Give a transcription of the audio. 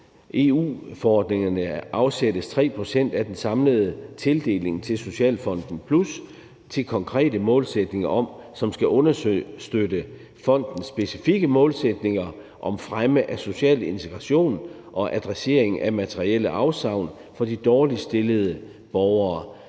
EU-forordningerne afsættes 3 pct. af den samlede tildeling til Socialfonden Plus til konkrete målsætninger, der skal understøtte fondens specifikke målsætninger om fremme af social integration og adressering af materielle afsavn for de dårligt stillede borgere.